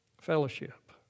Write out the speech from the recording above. Fellowship